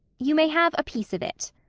you may have a piece of it.